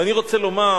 ואני רוצה לומר